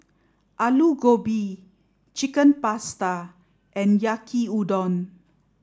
Alu Gobi Chicken Pasta and Yaki udon